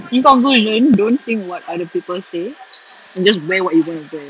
if I'm going alone don't think what other people say and just wear what you want to wear